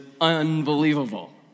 unbelievable